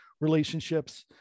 relationships